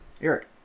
Eric